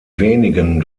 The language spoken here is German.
wenigen